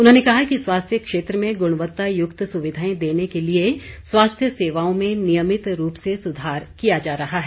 उन्होंने कहा कि स्वास्थ्य क्षेत्र में गुणवत्तायुक्त सुविधाएं देन के लिए स्वास्थ्य सेवाओं में नियमित रूप से सुधार किया जा रहा है